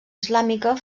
islàmica